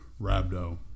Rabdo